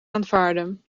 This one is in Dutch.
aanvaarden